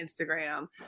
Instagram